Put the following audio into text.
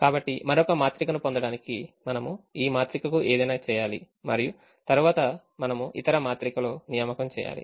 కాబట్టి మరొక మాత్రికను పొందడానికి మనము ఈ మాత్రికకు ఏదైనా చేయాలి మరియు తరువాత మనము ఇతర మాత్రికలో నియామకం చేయాలి